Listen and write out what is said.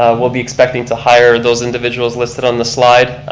ah we'll be expecting to hire those individuals listed on the slide.